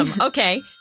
Okay